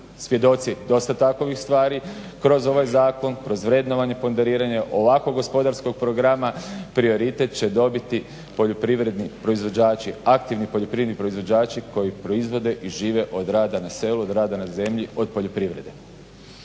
svjedoci dosta takvih stvari. Kroz ovaj zakon, kroz vrednovanje, ponderiranje ovakvog gospodarskog programa prioritet će dobiti poljoprivredni proizvođači, aktivni poljoprivredni proizvođači koji proizvode i žive od rada na selu, od rada na zemlji, od poljoprivrede.